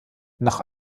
nach